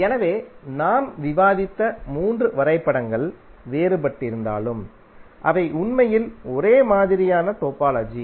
எனவே நாம் விவாதித்த மூன்று வரைபடங்கள் வேறுபட்டிருந்தாலும் அவை உண்மையில் ஒரே மாதிரியான டோபாலஜி